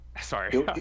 Sorry